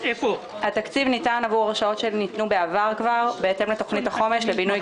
התקציב ניתן עבור השעות שניתנו בעבר בהתאם לתכנית החומש לבינוי